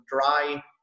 dry